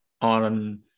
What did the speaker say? on